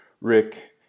Rick